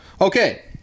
Okay